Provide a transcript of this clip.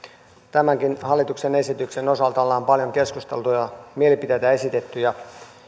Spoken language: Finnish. tämänkin hallituksen esityksen osalta ollaan paljon keskusteltu ja mielipiteitä esitetty ja